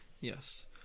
Yes